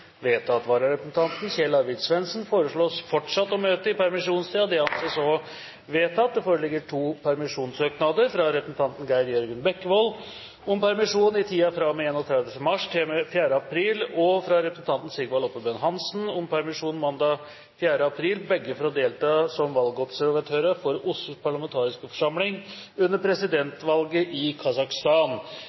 Vararepresentanten, Kjell Arvid Svendsen, møter fortsatt i permisjonstiden. Det foreligger to permisjonssøknader: fra representanten Geir Jørgen Bekkevold om permisjon i tiden fra og med 31. mars til og med 4. april og fra representanten Sigvald Oppebøen Hansen om permisjon mandag 4. april – begge for å delta som valgobservatører for OSSEs parlamentariske forsamling under presidentvalget i Kasakhstan.